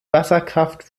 wasserkraft